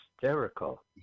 hysterical